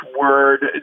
word